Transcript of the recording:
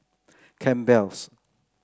Campbell's